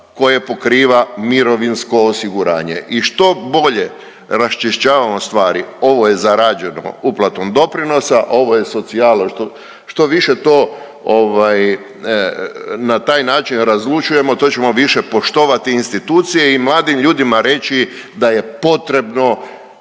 koje pokriva mirovinsko osiguranje. I što bolje raščišćavamo stvari ovo je zarađeno uplatom doprinosa, a ovo je socijala. Što više to na taj način razlučujemo to ćemo više poštovani institucije i mladim ljudima reći da je potrebno